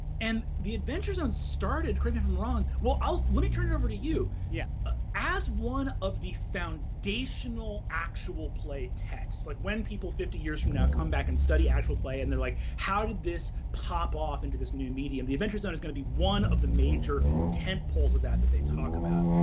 and the adventure zone started, correct me if i'm wrong. well, let me turn it over to you. yeah ah as one of the foundational actual play texts, like when people fifty years from now come back and study actual play, and they're like, how did this pop off into this new medium? the adventure zone is gonna be one of the major tent poles of that that they talk about.